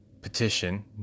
petition